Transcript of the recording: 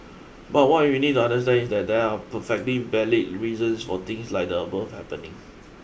but what you need to understand is that there are perfectly valid reasons for things like the above happening